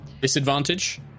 Disadvantage